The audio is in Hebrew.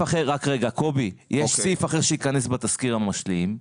קובי, יש סעיף אחר שייכנס בתזכיר המשלים,